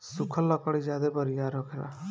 सुखल लकड़ी ज्यादे बरियार होखेला